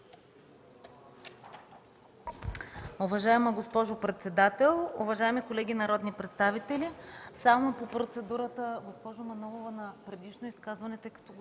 Уважаема госпожо председател, уважаеми колеги народни представители! Госпожо Манолова, на предишно изказване, тъй като госпожа